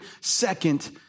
second